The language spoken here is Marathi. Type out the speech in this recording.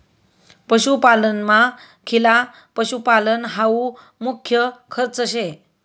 पशुपालनमा खिला पशुपालन हावू मुख्य खर्च शे